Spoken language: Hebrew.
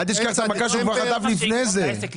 אל תשכח את המכה שהוא חטף כבר לפני כן.